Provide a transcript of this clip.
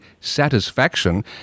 satisfaction